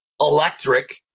electric